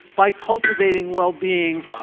by cultivating well-being,